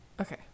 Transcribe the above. Okay